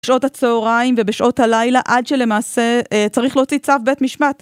בשעות הצהריים ובשעות הלילה עד שלמעשה אה.. צריך להוציא צו בית משפט